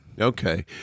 Okay